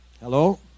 Hello